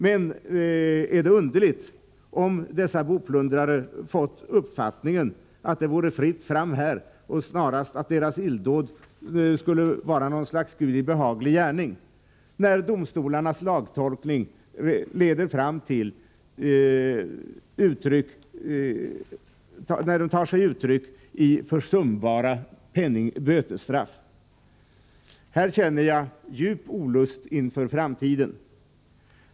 Men är det underligt om dessa boplundrare fått uppfattningen att det är fritt fram här och att deras illdåd nästan är en Gudi behaglig gärning när domstolarnas lagtolkning tar sig uttryck i försumbara bötesstraff? På detta område känner jag djup olust inför framtiden.